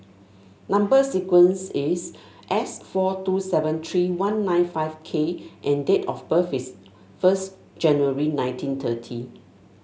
number sequence is S four two seven three one nine five K and date of birth is first January nineteen thirty